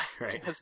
right